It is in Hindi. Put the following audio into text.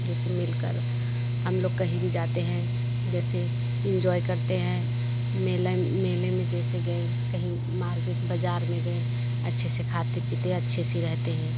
जैसे मिलकर हम लोग कहीं भी जाते हैं जैसे इंजॉय करते हैं मेला मेले में जैसे गए कहीं मार्केट बाजार में गए अच्छे से खाते पीते अच्छी से रहते हैं